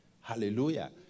Hallelujah